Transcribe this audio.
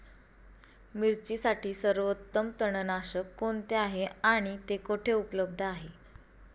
मिरचीसाठी सर्वोत्तम तणनाशक कोणते आहे आणि ते कुठे उपलब्ध आहे?